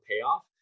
payoff